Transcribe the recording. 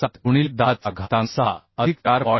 67 गुणिले 10 चा घातांक 6 अधिक 4